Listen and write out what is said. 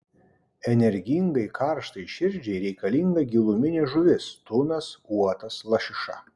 energingai karštai širdžiai reikalinga giluminė žuvis tunas uotas lašiša